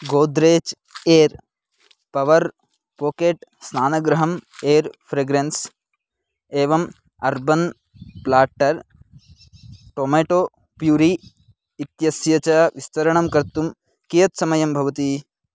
Godrej air power pocket स्नानगृहम् air fragrance एवम् urban platter tomato puree इत्यस्य च विस्तरणं कर्तुं कियत् समयं भवति